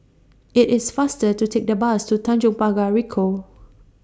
IT IS faster to Take The Bus to Tanjong Pagar Ricoh